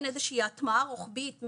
גם אין איזושהי הטמעה רוחבית,